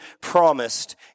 promised